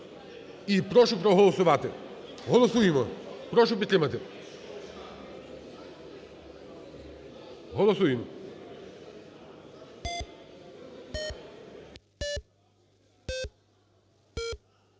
і прошу проголосувати. Голосуємо. Прошу підтримати. Голосуємо.